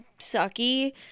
sucky